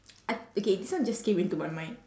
I okay this one just came into my mind